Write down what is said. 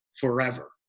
forever